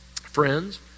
friends